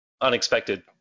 unexpected